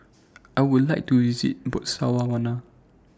I Would like to visit Botswana